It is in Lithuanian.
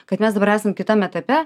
kad mes dabar esam kitam etape